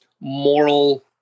moral